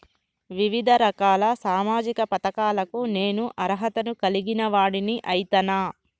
వివిధ రకాల సామాజిక పథకాలకు నేను అర్హత ను కలిగిన వాడిని అయితనా?